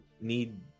need